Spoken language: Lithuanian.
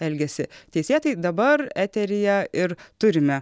elgiasi teisėtai dabar eteryje ir turime